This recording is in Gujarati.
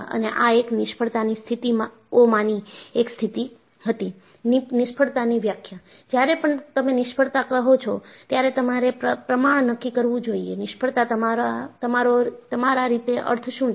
અને આ એક નિષ્ફળતાની સ્થિતિઓમાંની એક સ્થિતિ હતી નિષ્ફળતાની વ્યાખ્યા જ્યારે પણ તમે નિષ્ફળતા કહો છો ત્યારે તમારે પ્રમાણ નક્કી કરવું જોઈએ નિષ્ફળતા તમારો રીતે અર્થ શું છે